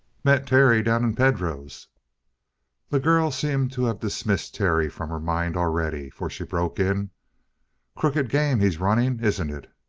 met terry down in pedro's the girl seemed to have dismissed terry from her mind already, for she broke in crooked game he's running, isn't it?